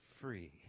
free